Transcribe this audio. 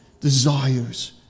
desires